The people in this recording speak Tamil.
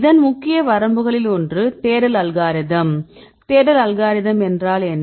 இதன் முக்கிய வரம்புகளில் ஒன்று தேடல் அல்காரிதம் தேடல் அல்காரிதம் என்றால் என்ன